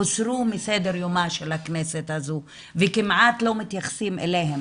הוסרו מסדר-יומה של הכנסת הזו וכמעט לא מתייחסים אליהם,